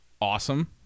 awesome